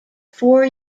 four